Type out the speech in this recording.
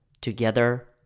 Together